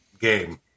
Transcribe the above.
game